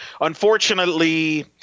Unfortunately